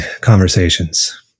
conversations